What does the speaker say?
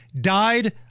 died